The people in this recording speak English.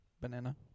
Banana